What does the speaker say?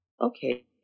okay